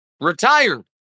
retired